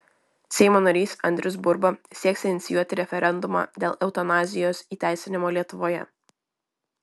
seimo narys andrius burba sieks inicijuoti referendumą dėl eutanazijos įteisinimo lietuvoje